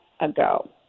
ago